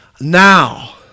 now